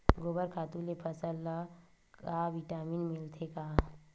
गोबर खातु ले फसल ल का विटामिन मिलथे का?